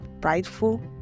prideful